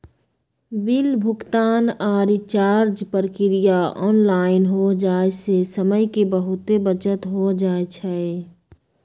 bill भुगतान आऽ recharge प्रक्रिया ऑनलाइन हो जाय से समय के बहुते बचत हो जाइ छइ